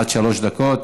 עד שלוש דקות.